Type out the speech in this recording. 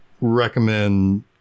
recommend